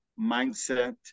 mindset